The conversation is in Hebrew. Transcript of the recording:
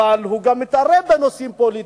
אבל הוא גם מתערב בנושאים פוליטיים,